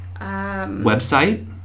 Website